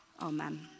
Amen